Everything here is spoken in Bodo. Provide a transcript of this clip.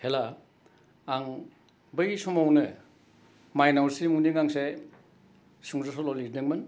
हेला आं बै समावनो मायनावस्रि मुंनि गांसे सुंद' सल' लिरदोंमोन